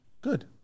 good